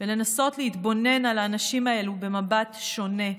ולנסות להתבונן על האנשים האלה במבט שונה,